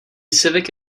civic